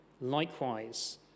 Likewise